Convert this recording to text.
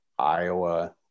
iowa